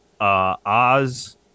Oz